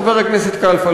חבר הכנסת כלפה,